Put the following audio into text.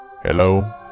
Hello